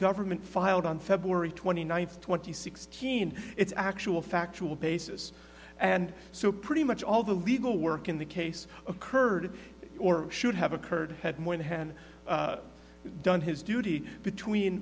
government filed on february twenty ninth twenty sixteen its actual factual basis and so pretty much all the legal work in the case occurred or should have occurred had more than done his duty between